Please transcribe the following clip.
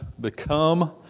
Become